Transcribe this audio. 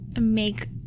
make